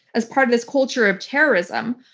as part of this culture of terrorism,